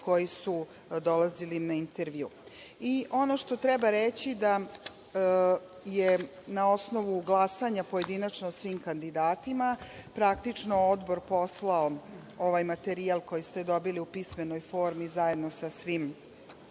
koji su dolazili na intervju. Ono što treba reći je da je na osnovu glasanja pojedinačno o svim kandidatima praktično Odbor poslao ovaj materijal koji ste dobili u pismenoj formi, zajedno sa svim